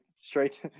straight